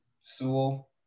Sewell